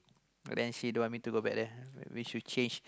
then she don't want me to go back there we should change